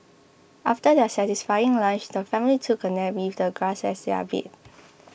after their satisfying lunch the family took a nap with the grass as their bed